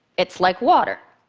it's like water.